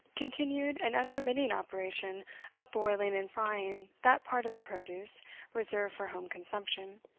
continued an unremitting operation of broiling and frying that part of the produce reserved for home consumption,